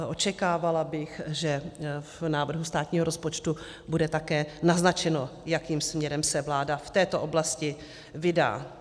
Očekávala bych, že v návrhu státního rozpočtu bude také naznačeno, jakým směrem se vláda v této oblasti vydá.